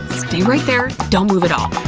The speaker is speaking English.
stay right there, don't move at all.